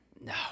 No